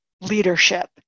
leadership